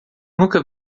nunca